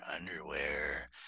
underwear